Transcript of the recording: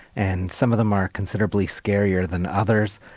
and some of them are considerably scarier than others.